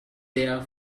there